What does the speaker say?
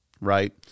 right